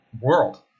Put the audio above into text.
world